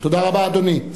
תודה רבה, אדוני.